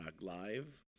Live